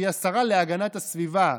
שהיא השרה להגנת הסביבה,